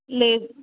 లేదు